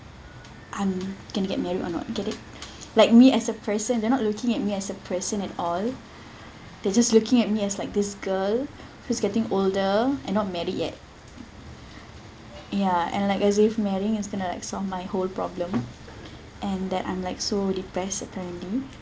I'm going to get married or not get it like me as a person they're not looking at me as a person at all they're just looking at me as like this girl who's getting older and not married yet ya and like as if marrying is going to like solve my whole problem and that I'm like so depressed that currently